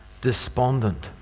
despondent